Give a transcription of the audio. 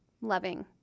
loving